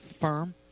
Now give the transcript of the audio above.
firm